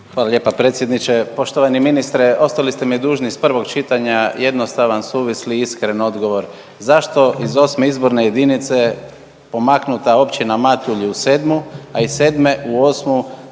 Hvala lijepa predsjedniče. Poštovani ministre, ostali ste mi dužni iz prvog čitanja jednostavan suvisli i iskren odgovor, zašto je iz VIII. izborne jedinice pomaknuta Općina Matulji u VII., a iz VII. u